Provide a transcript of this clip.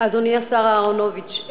אדוני השר אהרונוביץ,